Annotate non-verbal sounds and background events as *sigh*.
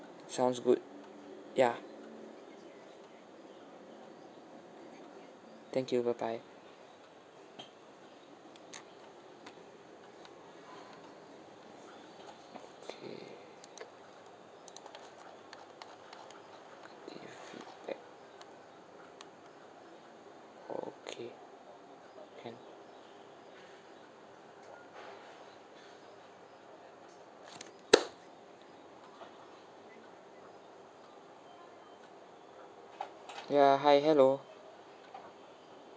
sounds good yeah thank you bye bye okay give a feedback okay can *noise* ya hi hello